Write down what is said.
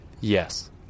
yes